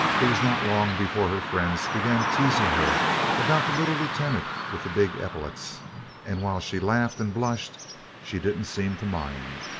it was not long before her friends began teasing her about the little lieutenant with the big epaulets and while she laughed and blushed she didn't seem to mind.